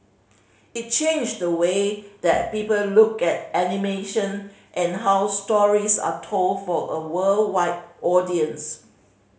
it changed the way that people look at animation and how stories are told for a worldwide audience